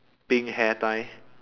pink hair tie